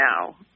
now